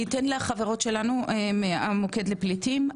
אני אתן לחברות שלנו מהמוקד לפליטים,